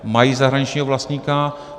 Mají zahraničního vlastníka.